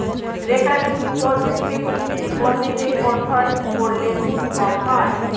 recurring deposit fixed ডিপোজিটে convert করলে সুদ কম হয়